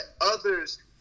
others